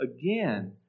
again